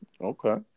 Okay